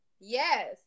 Yes